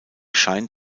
scheint